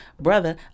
brother